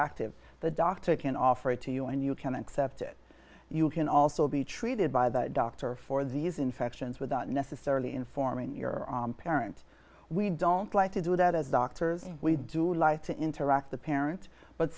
active the doctor can offer it to you and you can accept it you can also be treated by the doctor for these infections without necessarily informing your parent we don't like to do that as doctors we do like to interact the parent but